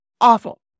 awful